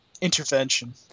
intervention